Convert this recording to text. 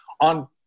on